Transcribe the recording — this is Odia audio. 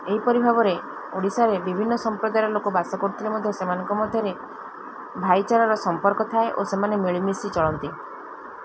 ଏହିପରି ଭାବରେ ଓଡ଼ିଶାରେ ବିଭିନ୍ନ ସମ୍ପ୍ରଦାୟର ଲୋକ ବାସ କରୁଥିଲେ ମଧ୍ୟ ସେମାନଙ୍କ ମଧ୍ୟରେ ଭାଇଚାରାର ସମ୍ପର୍କ ଥାଏ ଓ ସେମାନେ ମିଳିମିଶି ଚଳନ୍ତି